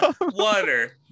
water